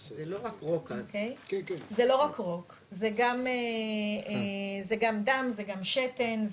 זה לא רק רוק, זה גם דם, זה גם שתן,